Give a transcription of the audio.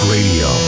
Radio